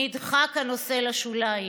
נדחק הנושא לשוליים.